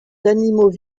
d’animaux